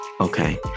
okay